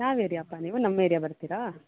ಯಾವ ಏರಿಯಾ ಅಪ್ಪ ನೀವು ನಮ್ಮ ಏರಿಯಾ ಬರ್ತೀರಾ